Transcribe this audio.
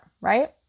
right